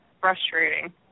frustrating